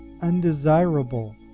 undesirable